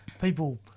people